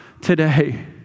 today